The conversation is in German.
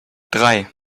drei